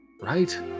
Right